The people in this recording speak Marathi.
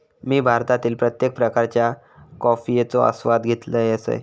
मी भारतातील प्रत्येक प्रकारच्या कॉफयेचो आस्वाद घेतल असय